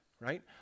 right